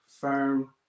firm